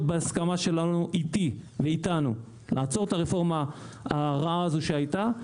בהסכמה שלנו אתי ואתנו לעצור את הרפורמה הרעה הזו שהיתה.